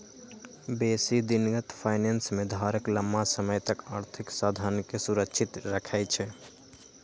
बेशी दिनगत फाइनेंस में धारक लम्मा समय तक आर्थिक साधनके सुरक्षित रखइ छइ